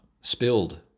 spilled